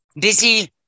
busy